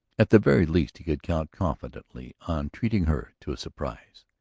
at the very least he could count confidently on treating her to a surprise.